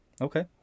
Okay